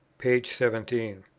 p. seventeen.